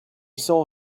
saw